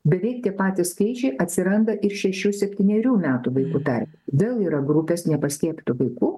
beveik tie patys skaičiai atsiranda ir šešių septynerių metų vaikų tarpe vėl yra grupės nepaskiepytų vaikų